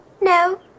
No